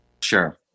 Sure